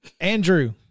Andrew